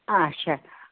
آچھا